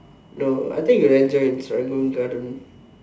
no I think ranger in Serangoon garden